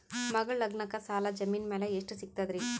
ಮಗಳ ಲಗ್ನಕ್ಕ ಸಾಲ ಜಮೀನ ಮ್ಯಾಲ ಎಷ್ಟ ಸಿಗ್ತದ್ರಿ?